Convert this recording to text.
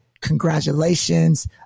congratulations